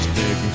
big